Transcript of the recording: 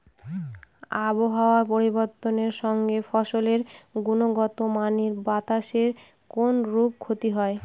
আবহাওয়ার পরিবর্তনের সঙ্গে ফসলের গুণগতমানের বাতাসের কোনরূপ ক্ষতি হয়?